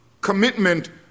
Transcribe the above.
commitment